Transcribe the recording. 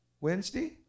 Wednesday